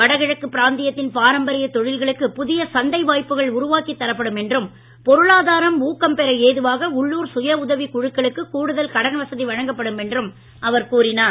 வடகிழக்கு பிராந்தியத்தின் பாரம்பரிய தொழில்களுக்கு புதிய சந்தை வாய்ப்புகளை உருவாக்கித் தரப்படும் என்றும் பொருளாதாரம் ஊக்கம் பெற ஏதுவாக உள்ளூர் சுயஉதவிக் குழுக்களுக்கு கூடுதல் கடன் வசதி வழங்கப்படும் என்றும் அவர் கூறினார்